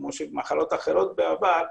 כמו במחלות אחרות בעבר,